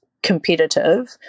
Competitive